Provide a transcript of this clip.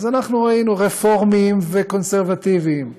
אז אנחנו ראינו רפורמים וקונסרבטיבים שהם,